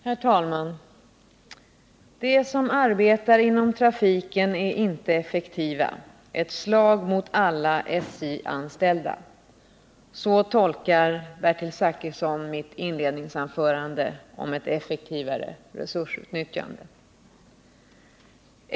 Herr talman! De som arbetar inom trafiken är inte effektiva. Ett slag mot alla SJ-anställda! — Så tolkar Bertil Zachrisson mitt inledningsanförande om ett effektivare resursutnyttjande.